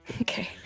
Okay